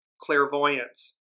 clairvoyance